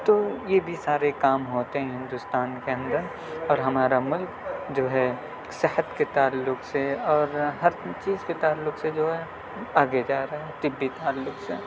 تو یہ بھی سارے کام ہوتے ہیں ہندوستان کے اندر اور ہمارا ملک جو ہے صحت کے تعلق سے اور ہر چیز کے تعلق سے جو ہے آگے جا رہا ہے طبی تعلق سے